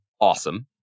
awesome